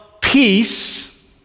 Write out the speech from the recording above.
peace